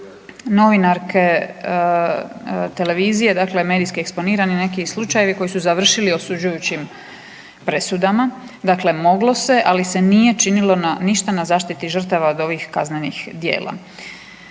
novinarke televizije, dakle medijski eksponirane, neki slučajevi koji su završili osuđujućim presudama, dakle moglo se, ali se nije činilo ništa na zaštiti žrtava od ovih kaznenih djela.